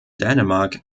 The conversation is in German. dänemark